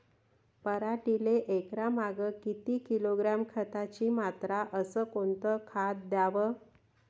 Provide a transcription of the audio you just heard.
पराटीले एकरामागं किती किलोग्रॅम खताची मात्रा अस कोतं खात द्याव?